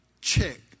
check